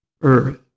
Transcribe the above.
earth